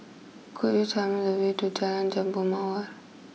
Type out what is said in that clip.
could you tell me the way to Jalan Jambu Mawar